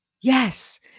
Yes